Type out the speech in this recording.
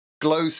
glow